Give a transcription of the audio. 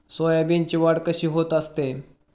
सोयाबीनची वाढ कशी होत असते?